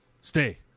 stay